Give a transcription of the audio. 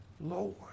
Lord